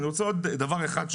אני רוצה לומר עוד דבר אחד.